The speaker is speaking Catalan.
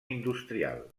industrial